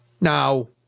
Now